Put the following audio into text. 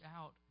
out